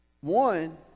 One